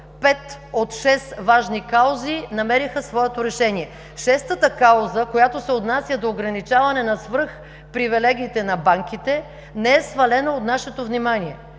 Пет от шест важни каузи намериха своето решение. Шестата кауза, която се отнася до ограничаване на свръхпривилегиите на банките, не е свалена от нашето внимание.